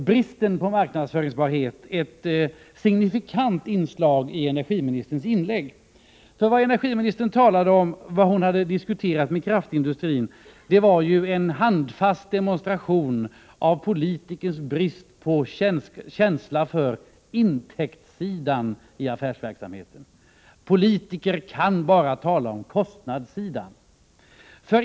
Bristen på marknadsföringsbarhet var ett signifikant inslag i energiministerns inlägg. Vad energiministern sade att'hon har diskuterat med kraftindustrin var ju en handfast demonstration av politikers brist på känsla för intäktssidan i affärsverksamhet. Politiker kan bara tala om kostnadssidan.